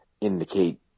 indicate